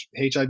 HIV